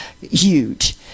huge